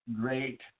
Great